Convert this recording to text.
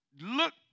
look